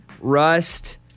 rust